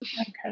Okay